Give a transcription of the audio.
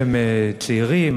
שהם צעירים,